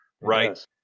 right